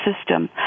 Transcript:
system